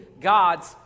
God's